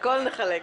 הכול נחלק.